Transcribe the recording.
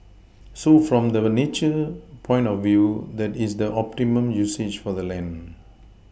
so from the nature point of view that is the optimum usage for the land